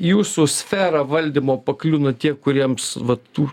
jūsų sferą valdymo pakliūna tie kuriems va tų